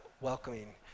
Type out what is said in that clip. welcoming